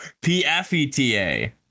p-f-e-t-a